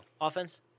Offense